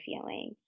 feeling